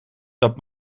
dat